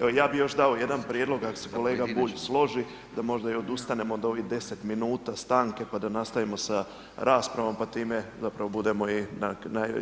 Evo ja bih dao još jedan prijedloga ako se kolega Bulj složi, da možda i odustanemo od ovih 10 minuta stanke pa da nastavimo sa raspravom pa time budemo i